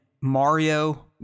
Mario